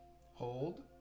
Hold